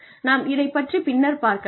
நாம் இதைப் பற்றி பின்னர் பார்க்கலாம்